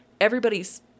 everybody's